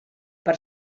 per